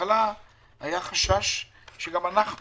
בהתחלה היה חשש שגם אנחנו